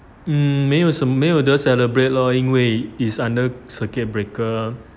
um 没有是没有的 celebrate lor 因为 is under circuit breaker